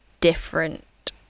different